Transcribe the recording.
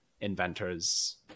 inventors